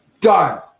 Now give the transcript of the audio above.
Done